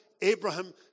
Abraham